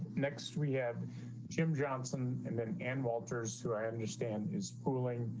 next we have jim johnson and then and walters, who i understand is pooling,